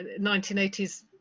1980s